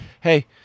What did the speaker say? hey